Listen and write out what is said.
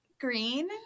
green